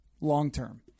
long-term